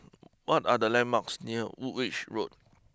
what are the landmarks near Woolwich Road